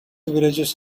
villages